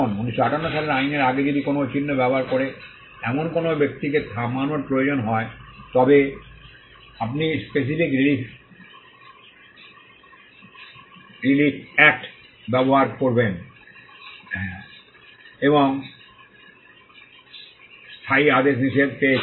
এখন 1958 সালের আইনের আগে যদি কোনও চিহ্ন ব্যবহার করে এমন কোনও ব্যক্তিকে থামানোর প্রয়োজন হয় তবে আপনি স্পেসিফিক রিলিফ একট 1877 ব্যবহার করবেন এবং স্থায়ী আদেশ নিষেধ পেয়েছেন